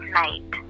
night